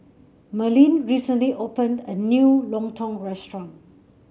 Merlin recently opened a new Lontong restaurant